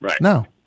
no